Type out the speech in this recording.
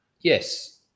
yes